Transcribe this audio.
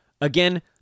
Again